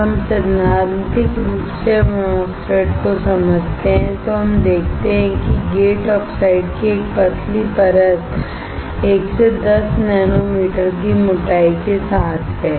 जब हम सैद्धांतिक रूप से MOSFET को समझते हैं तो हम देखते हैं कि गेट ऑक्साइड की एक पतली परत 1 से 10 नैनोमीटर की मोटाई के साथ है